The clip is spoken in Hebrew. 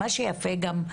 מה שיפה גם,